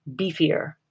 beefier